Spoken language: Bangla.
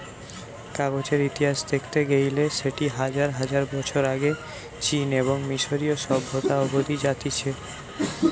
কাগজের ইতিহাস দেখতে গেইলে সেটি হাজার হাজার বছর আগে চীন এবং মিশরীয় সভ্যতা অব্দি জাতিছে